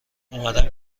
اومدم